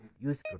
use